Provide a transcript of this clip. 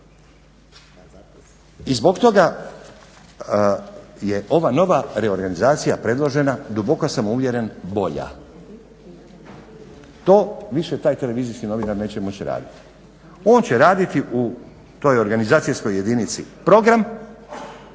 I zbog toga je ova nova reorganizacija predložena, duboko sam uvjeren bolja. To više taj televizijski novinar neće moći raditi. On će raditi u toj organizacijskoj jedinici program